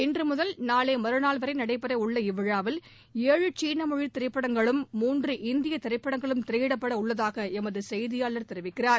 இன்று முதல் நாளை மறுநாள் வரை நடைபெறவுள்ள இவ்விழாவில் ஏழு சீன மொழி திரைப்படங்களும் மூன்று இந்திய திரைப்படங்களும் திரையிடப்பட உள்ளதாக எமது செய்தியாளர் தெரிவிக்கிறார்